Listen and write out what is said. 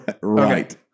Right